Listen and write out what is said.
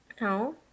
No